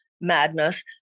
madness